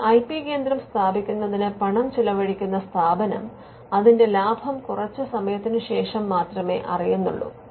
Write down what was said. ഒരു I P കേന്ദ്രം സ്ഥാപിക്കുന്നതിന് പണം ചിലവഴിക്കുന്ന സ്ഥാപനം അതിന്റെ ലാഭം കുറച്ച് സമയത്തിനുശേഷം മാത്രമേ അറിയുന്നുള്ളു